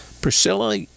Priscilla